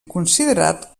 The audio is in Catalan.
considerat